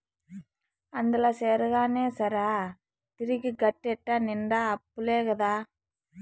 అందుల చేరగానే సరా, తిరిగి గట్టేటెట్ట నిండా అప్పులే కదా